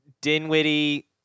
Dinwiddie